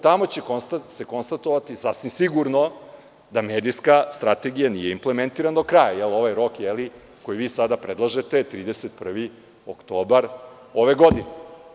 Tamo će se konstatovati, sasvim sigurno, da medijska strategija nije implementirana do kraja, jer ovaj rok koji vi sada predlažete je 31. oktobar ove godine.